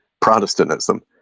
protestantism